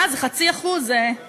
מה, זה 0.5%, זה א-ביסלע.